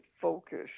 focus